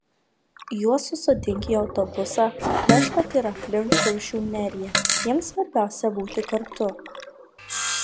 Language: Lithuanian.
juos susodink į autobusą vežk kad ir aplink kuršių neriją jiems svarbiausia būti kartu